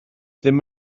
ddim